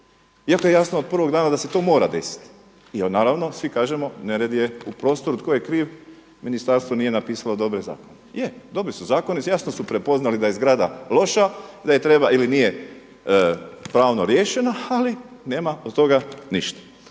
iako je jasno od prvog dana da se to mora desiti jel naravno svi kažemo nered je u prostoru. Tko je kriv? Ministarstvo nije napisalo dobre zakone. Je, dobri su zakoni jasno su prepoznali da je zgrada loša, da je treba ili nije pravno riješena ali nema od toga ništa.